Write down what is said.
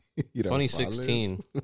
2016